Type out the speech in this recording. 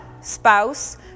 spouse